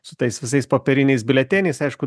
su tais visais popieriniais biuleteniais aišku